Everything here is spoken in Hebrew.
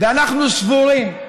ואנחנו סבורים,